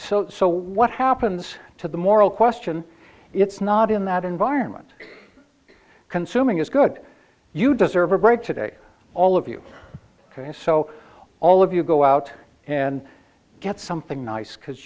so so what happens to the moral question it's not in that environment consuming is good you deserve a break today all of you so all of you go out and get something